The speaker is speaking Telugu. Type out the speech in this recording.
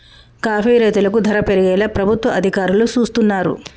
కాఫీ రైతులకు ధర పెరిగేలా ప్రభుత్వ అధికారులు సూస్తున్నారు